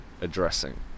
addressing